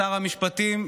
לשר המשפטים,